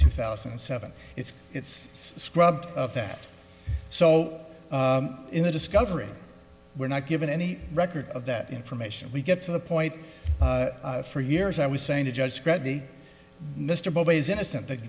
two thousand and seven it's it's scrubbed of that so in the discovery we're not given any record of that information we get to the point for years i was saying to judge scraggy mr bob is innocent the